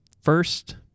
first